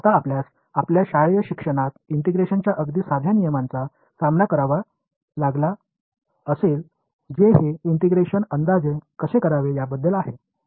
आता आपल्यास आपल्या शालेय शिक्षणात इंटिग्रेशनच्या अगदी साध्या नियमांचा सामना करावा लागला असेल जे हे इंटिग्रेशन अंदाजे कसे करावे याबद्दल आहे ठीक आहे